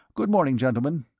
good morning, gentlemen.